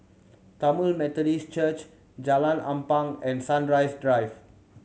Tamil Methodist Church Jalan Ampang and Sunrise Drive